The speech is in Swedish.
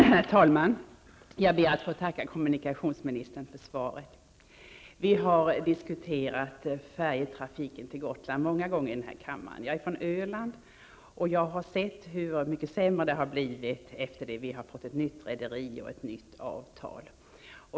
Herr talman! Jag ber att få tacka kommunikationsministern för svaret. Vi har diskuterat färjetrafiken till Gotland många gånger i denna kammare. Jag är från Öland och har sett hur mycket sämre det har blivit med ett nytt rederi och ett nytt avtal.